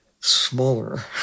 smaller